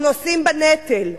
אנחנו נושאים בנטל,